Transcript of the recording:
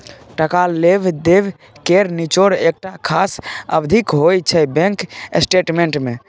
टका लेब देब केर निचोड़ एकटा खास अबधीक होइ छै बैंक स्टेटमेंट मे